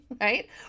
right